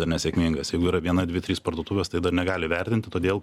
ar nesėkmingas jeigu yra viena dvi trys parduotuvės tai dar negali vertinti todėl